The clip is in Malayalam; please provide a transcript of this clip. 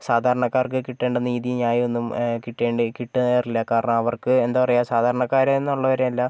സാധാരണക്കാർക്ക് കിട്ടേണ്ട നീതിയും ന്യായവും ഒന്നും കിട്ടേണ്ടി കിട്ടാറില്ല കാരണം അവർക്ക് എന്താണ് പറയുക സാധാരണക്കാർ എന്ന് ഉള്ളവരെല്ലാം